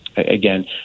Again